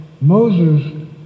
Moses